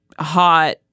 hot